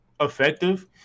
effective